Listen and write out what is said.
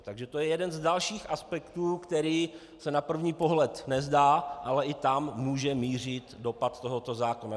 Takže to je jeden z dalších aspektů, který se na první pohled nezdá, ale i tam může mířit dopad tohoto zákona.